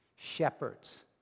shepherds